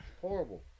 Horrible